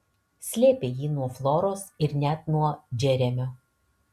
slėpė jį nuo floros ir net nuo džeremio